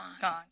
Gone